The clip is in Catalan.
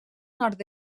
nord